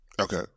Okay